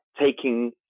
taking